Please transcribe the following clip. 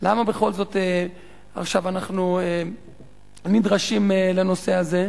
אנחנו עכשיו נדרשים לנושא הזה?